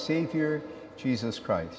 savior jesus christ